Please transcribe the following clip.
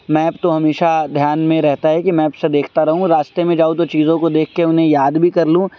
map تو ہمیشہ دھیان میں رہتا ہے کہ میپ سے دیکھتا رہوں اور راستے میں جاؤں تو چیزوں کو دیکھ کے انہیں یاد بھی کر لوں